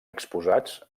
exposats